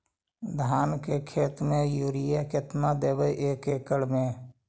धान के खेत में युरिया केतना देबै एक एकड़ में?